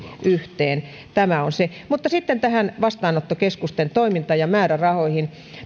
yhteen tämä on se mutta sitten tähän vastaanottokeskusten toimintaan ja määrärahoihin